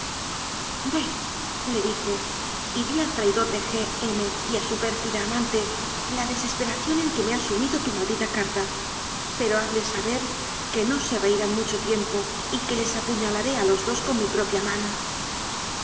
furor vele dijey di al traidor g m y a su pérfida amante la desesperación en que me ha su mido tu maldita carta pero hazles saber que no se reirán mucho tiempo y que les apuñalaré a los dos con mi propia mano